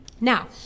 Now